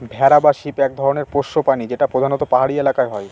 ভেড়া বা শিপ এক ধরনের পোষ্য প্রাণী যেটা প্রধানত পাহাড়ি এলাকায় হয়